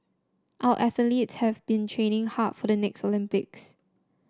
our athletes have been training hard for the next Olympics